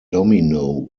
domino